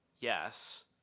yes